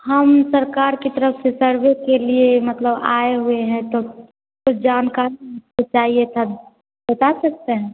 हम सरकार के तरफ से सर्वे के लिए मतलब आए हुए हैं तो कुछ जानकारी मुझको चाहिए था बता सकते हैं